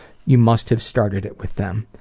you must have started it with them.